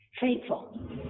faithful